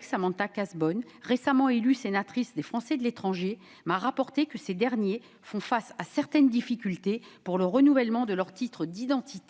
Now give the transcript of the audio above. Samantha Cazebonne, récemment élue sénatrice des Français de l'étranger, m'a rapporté que ces derniers faisaient face à certaines difficultés pour le renouvellement de leur titre d'identité